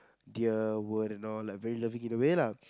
dear word and all like very lovingly in a way lah